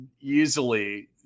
easily